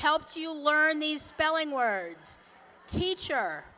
helped you learn these spelling words teach